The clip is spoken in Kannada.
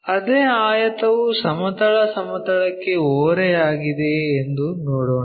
ಅದೇ ಆಯತವು ಸಮತಲ ಸಮತಲಕ್ಕೆ ಓರೆಯಾಗಿದೆಯೇ ಎಂದು ನೋಡೋಣ